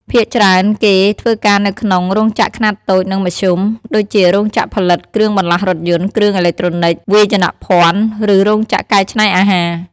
ភាគច្រើនគេធ្វើការនៅក្នុង រោងចក្រខ្នាតតូច និងមធ្យម ដូចជារោងចក្រផលិតគ្រឿងបន្លាស់រថយន្ត គ្រឿងអេឡិចត្រូនិក វាយនភ័ណ្ឌ ឬរោងចក្រកែច្នៃអាហារ ។